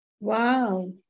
Wow